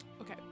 Okay